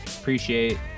Appreciate